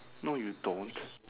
no you don't